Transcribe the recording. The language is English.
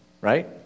right